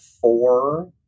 four